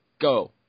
Go